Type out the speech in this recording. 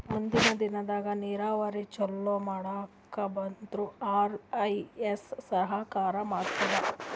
ಮುಂದಿನ್ ದಿನದಾಗ್ ನೀರಾವರಿ ಚೊಲೋ ಮಾಡಕ್ ಡಬ್ಲ್ಯೂ.ಆರ್.ಐ.ಎಸ್ ಸಹಕಾರ್ ಕೊಡ್ತದ್